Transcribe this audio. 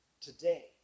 today